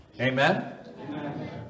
Amen